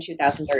2013